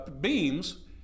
beams